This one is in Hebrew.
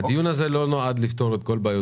הדיון הזה לא נועד לפתור את כל בעיות